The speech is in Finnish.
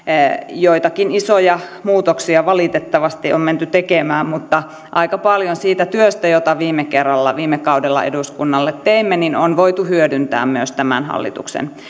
joitakin isoja muutoksia valitettavasti on menty tekemään mutta aika paljon siitä työstä jota viime kerralla viime kaudella eduskunnalle teimme on voitu hyödyntää myös tämän hallituksen